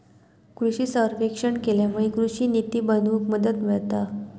कृषि सर्वेक्षण केल्यामुळे कृषि निती बनवूक मदत मिळता